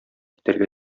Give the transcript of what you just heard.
итәргә